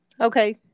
okay